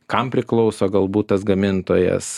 kam priklauso galbūt tas gamintojas